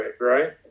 right